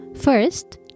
first